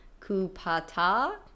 Kupata